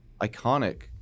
iconic